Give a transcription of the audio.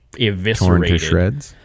eviscerated